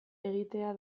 egitea